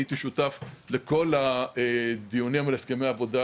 אני הייתי שותף לכל הדיונים על הסכמי העבודה